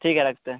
ठीक है रखते हैं